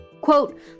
quote